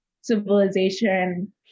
civilization